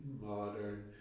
modern